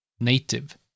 native